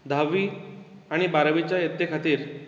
धाव्वी आनी बारावीच्या यत्ते खातीर